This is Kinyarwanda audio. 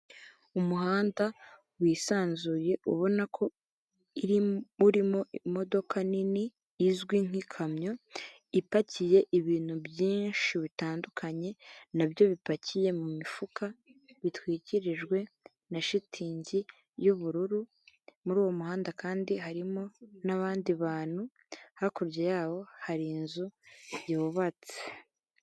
Umuhanda wisanzuye ubona ko iri urimo imodoka nini izwi nk'ikamyo, ipakiye ibintu byinshi bitandukanye na byo bipakiye mu mufuka bitwikirijwe na shitingi y'ubururu, muri uwo muhanda kandi harimo n'abandi bantu, hakurya yawo hari inzu yubatse.